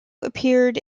appeared